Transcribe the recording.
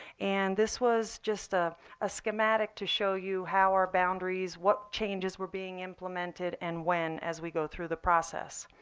and this was just a ah schematic to show you how our boundaries, what changes were being implemented, and when as we go through the process.